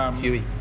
Huey